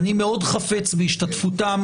אני מאוד חפץ בהשתתפותם.